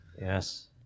Yes